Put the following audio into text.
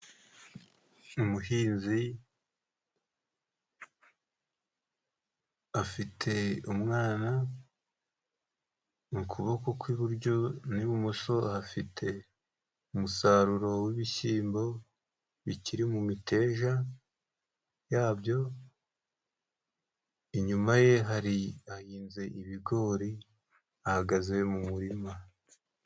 Umuhinzi afite umwana mu kuboko kw'iburyo, n'ibumoso ahafite umusaruro w'ibishyimbo bikiri mu miteja ya byo, inyuma ye hari hahinze ibigori, ahagaze mu murima.